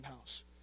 house